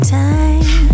time